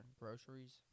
groceries